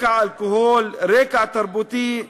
רקע אלכוהול, רקע תרבותי,